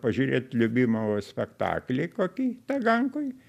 pažiūrėt liubimovo spektaklį kokį tagankoj